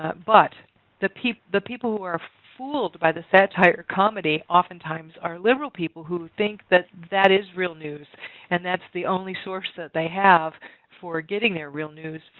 but the people the people who are fooled by the satire or comedy oftentimes are liberal people who think that that is real news and that's the only source that they have for getting their real news.